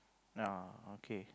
ya okay